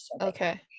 Okay